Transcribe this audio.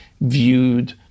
viewed